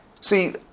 See